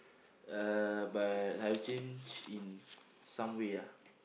uh but I've changed in some way ah